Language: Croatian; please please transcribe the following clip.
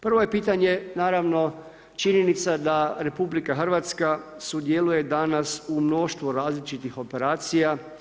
Prvo je pitanje naravno činjenica da RH sudjeluje danas u mnoštvo različitih operacija.